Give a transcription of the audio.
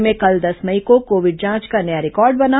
राज्य में कल दस मई को कोविड जांच का नया रिकॉर्ड बना